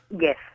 Yes